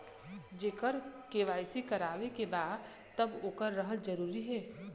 जेकर के.वाइ.सी करवाएं के बा तब ओकर रहल जरूरी हे?